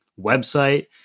website